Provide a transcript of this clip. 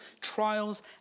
trials